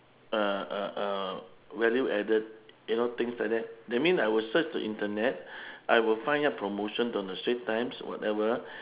uh uh uh value added you know things like that that mean I will search the internet I will find out promotions on the straits times whatever